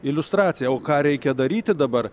iliustracija o ką reikia daryti dabar